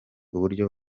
uburyo